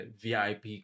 VIP